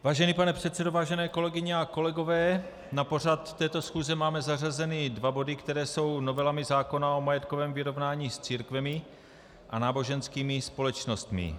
Vážený pane předsedo, vážené kolegyně a kolegové, na pořad této schůze máme zařazeny dva body, které jsou novelami zákona o majetkovém vyrovnání s církvemi a náboženskými společnostmi.